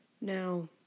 Now